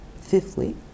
fifthly